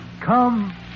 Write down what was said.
Come